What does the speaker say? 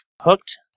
Hooked